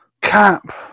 cap